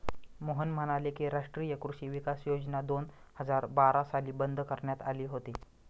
मोहन म्हणाले की, राष्ट्रीय कृषी विकास योजना दोन हजार बारा साली बंद करण्यात आली होती